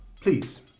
Please